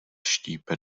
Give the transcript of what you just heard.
štípe